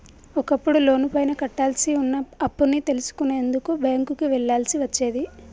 ఒకప్పుడు లోనుపైన కట్టాల్సి వున్న అప్పుని తెలుసుకునేందుకు బ్యేంకుకి వెళ్ళాల్సి వచ్చేది